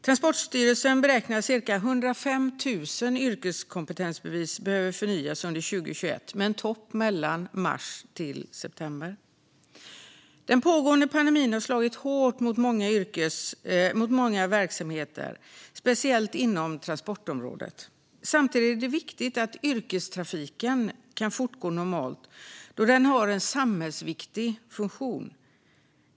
Transportstyrelsen beräknar att cirka 105 000 yrkeskompetensbevis behöver förnyas under 2021, med en topp mellan mars och september. Den pågående pandemin har slagit hårt mot många verksamheter, speciellt inom transportområdet. Samtidigt är det viktigt att yrkestrafiken kan fortgå normalt, då den har en samhällsviktig funktion.